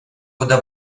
куда